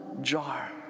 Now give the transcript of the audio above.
jar